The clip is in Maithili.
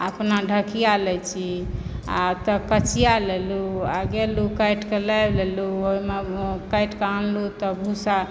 अपना ढकिया लय छी आ तब कचिया लेलहुँ आ गेलूँ काटिके लाबि लेलूँ आब ओ काटिके आनलहुँ तब भुस्सा